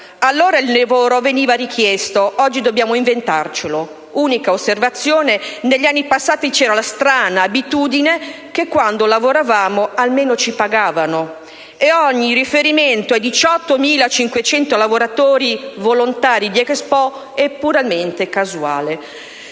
allora il lavoro veniva richiesto, oggi dobbiamo inventarcelo. Unica osservazione: negli anni passati c'era la strana abitudine che quando lavoravamo almeno ci pagavano. E ogni riferimento ai 18.500 lavoratori volontari di EXPO è puramente casuale.